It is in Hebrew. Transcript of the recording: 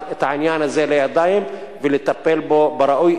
את העניין הזה לידיים ולטפל בו כראוי.